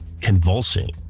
convulsing